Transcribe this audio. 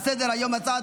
הצעת